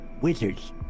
wizards